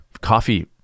coffee